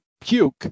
puke